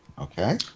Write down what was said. Okay